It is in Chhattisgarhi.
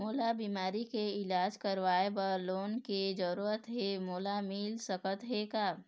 मोला बीमारी के इलाज करवाए बर लोन के जरूरत हे मोला मिल सकत हे का?